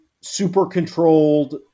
super-controlled